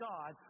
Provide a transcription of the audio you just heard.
God